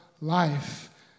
life